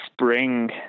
spring